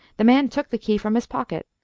the man took the key from his pocket.